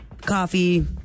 Coffee